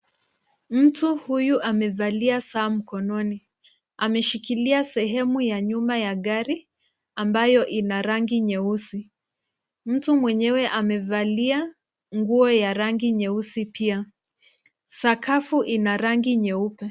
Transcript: Mtu huyu amevalia saa mkononi. Ameshikilia sehemu ya nyuma ya gari ambayo ina rangi nyeusi. Mtu mwenyewe amevalia nguo ya rangi nyeusi pia. Sakafu ina rangi nyeupe.